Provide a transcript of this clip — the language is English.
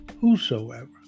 whosoever